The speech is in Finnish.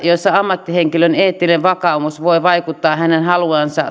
joissa ammattihenkilön eettinen vakaumus voi vaikuttaa hänen